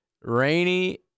Rainy